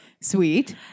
sweet